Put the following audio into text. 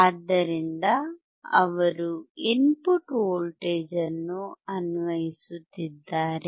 ಆದ್ದರಿಂದ ಅವರು input voltage ಅನ್ನು ಅನ್ವಯಿಸುತ್ತಿದ್ದಾರೆ